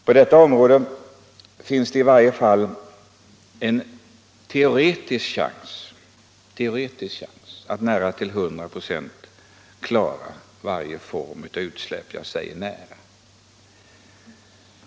På detta område finns i varje fall en teoretisk chans att nära — jag säger nära — till 100 ?6 klara varje form av utsläpp.